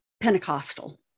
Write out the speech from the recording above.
pentecostal